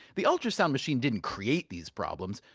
the ultrasound machine didn't create these problems,